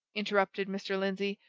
interrupted mr. lindsey,